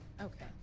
Okay